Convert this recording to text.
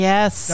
Yes